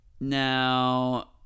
Now